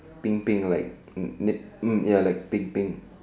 pink pink like pink ya like pink pink